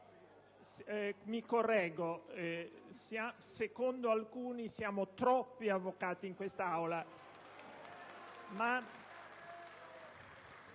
Mi correggo, secondo alcuni ci sono troppi avvocati in quest'Aula.